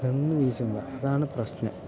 നിന്ന് വീശും അതാണ് പ്രശ്നം